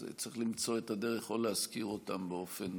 אז צריך למצוא את הדרך להזכיר אותם באופן